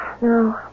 no